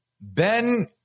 Ben